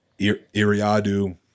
Iriadu